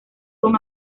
con